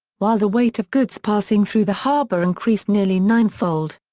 while the weight of goods passing through the harbour increased nearly ninefold.